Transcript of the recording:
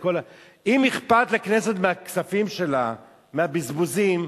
אם אכפת לכנסת מהכספים שלה, מהבזבוזים,